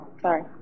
Sorry